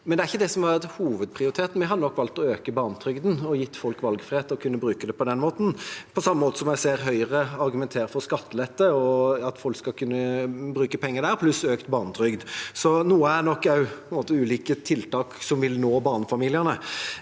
at det ikke er det som har hatt hovedprioritet. Vi hadde nok valgt å øke barnetrygden og gitt folk valgfrihet, kunnet bruke det på den måten, på samme måte som jeg ser at Høyre argumenterer for skattelette, og at folk skal kunne bruke penger der, pluss økt barnetrygd. Så noe er nok også ulike tiltak som vil nå barnefamiliene.